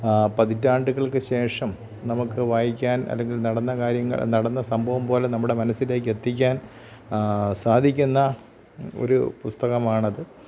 പതിറ്റാണ്ടുകൾക്ക് ശേഷം നമുക്ക് വായിക്കാൻ അല്ലെങ്കിൽ നടന്ന കാര്യങ്ങൾ നടന്ന സംഭവം പോലെ നമ്മുടെ മനസ്സിലേക്ക് എത്തിക്കാൻ സാധിക്കുന്ന ഒരു പുസ്തകമാണത്